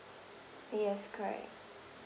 yes correct